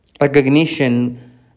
recognition